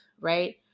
right